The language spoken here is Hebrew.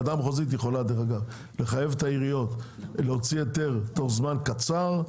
ועדה מחוזית יכולה לחייב את העיריות להוציא היתר תוך זמן קצר,